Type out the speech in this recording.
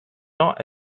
not